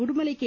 Udumalai K